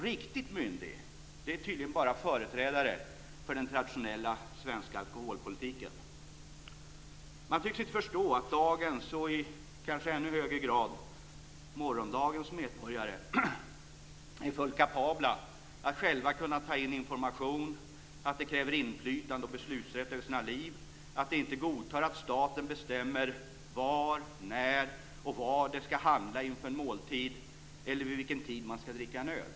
Riktigt myndiga är tydligen bara företrädare för den traditionella svenska alkoholpolitiken. Man tycks inte förstå att dagens och i kanske ännu högre grad morgondagens medborgare är fullt kapabla att själva kunna ta in information, att de kräver inflytande och beslutsrätt över sina liv, att de inte godtar att staten bestämmer var, när och vad de ska handla inför en måltid eller vid vilken tid de ska få dricka en öl.